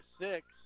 six